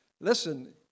Listen